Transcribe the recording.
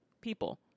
people